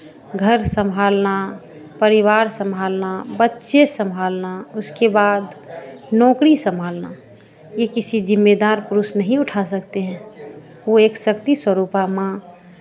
घर सम्भालना परिवार सम्भालना बच्चे सम्भालना उसके बाद नौकरी सम्भालना ये किसी जिम्मेदार पुरुष नहीं उठा सकते हैं वो एक शक्ति स्वरूपा माँ